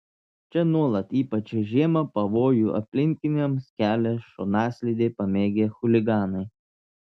čia nuolat ypač žiemą pavojų aplinkiniams kelia šonaslydį pamėgę chuliganai